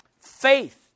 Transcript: Faith